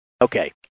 okay